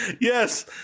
Yes